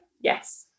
Yes